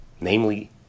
namely